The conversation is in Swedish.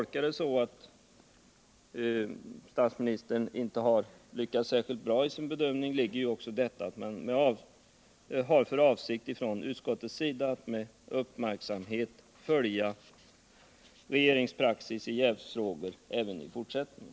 I detta att statsministerns bedömning tolkats som inte särskilt lyckad ligger också att utskottet har för avsikt att med uppmärksamhet följa regeringspraxis i jävsfrågor även i fortsättningen.